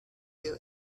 you